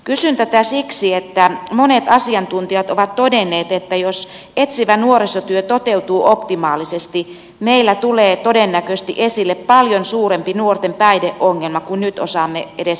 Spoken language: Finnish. kysyn tätä siksi että monet asiantuntijat ovat todenneet että jos etsivä nuorisotyö toteutuu optimaalisesti meillä tulee todennäköisesti esille paljon suurempi nuorten päihdeongelma kuin nyt osaamme edes arvioida